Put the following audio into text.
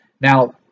now